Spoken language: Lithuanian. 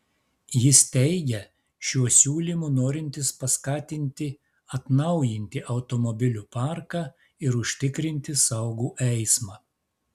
jis teigia šiuo siūlymu norintis paskatinti atnaujinti automobilių parką ir užtikrinti saugų eismą